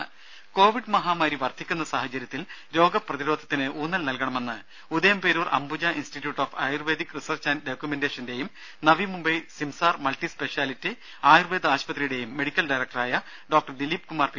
ദേദ കോവിഡ് മഹാമാരി വർദ്ധിക്കുന്ന സാഹചര്യത്തിൽ രോഗപ്രതിരോധത്തിന് ഊന്നൽ നൽകണമെന്ന് Udayamperoor Ambuja institute of ayurvedic research and ഡോക്യുമെന്റേഷന്റെയും നവി മുംബൈ സിംസാർ മൾട്ടി സ്പെഷ്യാലിറ്റി ആയുർവേദ ആശുപത്രിയുടെയും മെഡിക്കൽ ഡയറക്ടറായ ഡോക്ടർ ദിലീപ്കുമാർ പി